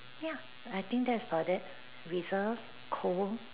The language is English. ya I think that's about it reserved cool